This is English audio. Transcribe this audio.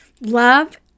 love